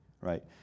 right